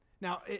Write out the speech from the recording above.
Now